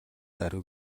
даруй